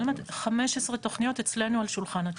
אני אומרת, 15 תכניות אצלנו על שולחן הדיונים.